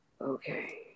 Okay